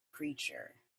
creature